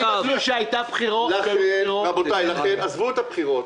אפילו שהיו בחירות --- עזבו את הבחירות.